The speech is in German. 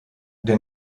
der